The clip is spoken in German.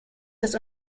dass